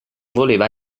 voleva